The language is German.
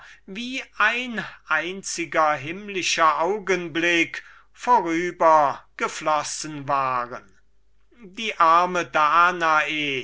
wie ein einziger himmlischer augenblick vorübergeflossen waren arme danae